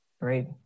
Great